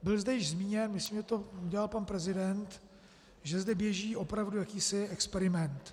Bylo zde již zmíněno, myslím, že to udělal pan prezident, že zde běží opravdu jakýsi experiment.